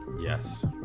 Yes